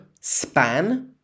span